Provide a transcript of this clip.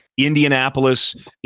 Indianapolis